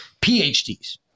PhDs